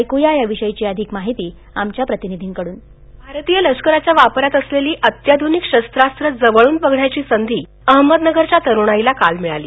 ऐकुया या विषयीची अधिक माहिती आमच्या प्रतिनिधीकडून भारतीय लष्कराच्या वापरात असलेली अत्याधूनिक शस्त्रास्त्र जवळून बघण्याची संधी अहमदनगरच्या तरुणाईला काल मिळाली